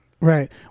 Right